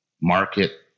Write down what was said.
market